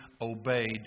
obeyed